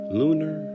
lunar